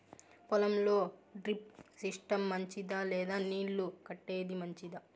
పొలం లో drip system మంచిదా లేదా నీళ్లు కట్టేది మంచిదా?